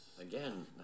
again